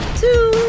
two